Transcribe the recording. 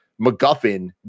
MacGuffin